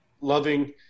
loving